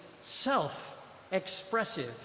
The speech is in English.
self-expressive